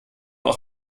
auch